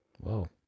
Whoa